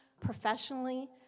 professionally